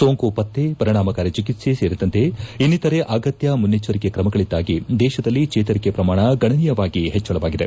ಸೋಂಕು ಪತ್ತೆ ಪರಿಣಾಮಕಾರಿ ಚಿಕಿತ್ಸೆ ಸೇರಿದಂತೆ ಇನ್ನಿತರೆ ಅಗತ್ಯ ಮುನ್ನೆಚ್ಚರಿಕೆ ಕ್ರಮಗಳಿಂದಾಗಿ ದೇಶದಲ್ಲಿ ಚೇತರಿಕೆ ಪ್ರಮಾಣ ಗಣನೀಯವಾಗಿ ಪೆಚ್ಚಳವಾಗಿದೆ